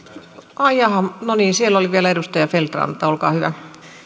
ai jaha no niin siellä oli vielä edustaja feldt ranta olkaa hyvä